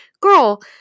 girl